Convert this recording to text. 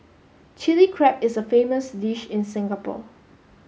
Chilli Crab is a famous dish in Singapore